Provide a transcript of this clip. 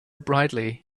brightly